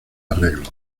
arreglos